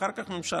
אחר כך ממשלה.